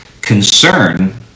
Concern